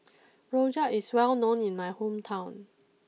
Rojak is well known in my hometown